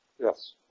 Yes